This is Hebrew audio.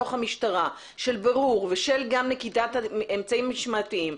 בתוך המשטרה של בירור ושל נקיטת אמצעים משמעתיים,